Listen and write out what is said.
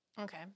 Okay